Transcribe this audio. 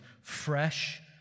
fresh